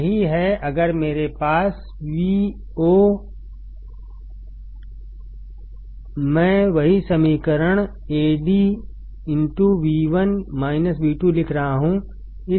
यही है अगर मेरे पास Vo हैमैं वही समीकरण Ad लिख रहा हूं